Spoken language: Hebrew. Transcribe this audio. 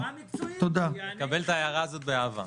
אני מקבל את ההערה הזאת באהבה.